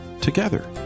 together